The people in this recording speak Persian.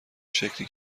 شکلی